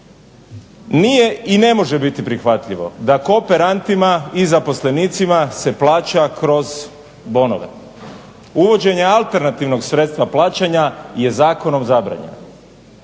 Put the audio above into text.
Nije i ne može biti prihvatljivo da kooperantima i zaposlenicima se plaća kroz bonove. Uvođenje alternativnog sredstva plaćanja je zakonom zabranjeno.